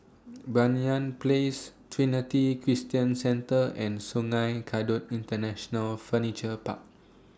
Banyan Place Trinity Christian Centre and Sungei Kadut International Furniture Park